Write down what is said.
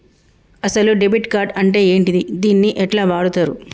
అసలు debit card అంటే ఏంటిది? దీన్ని ఎట్ల వాడుతరు?